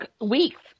weeks